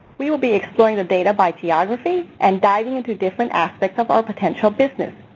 we will be exploring the data by geography and diving into different aspects of our potential business.